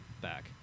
back